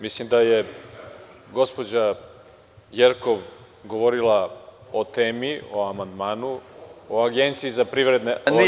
Mislim da je gospođa Jerkov govorila o temi, o amandmanu, o Agenciji za privredne registre…